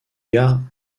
gare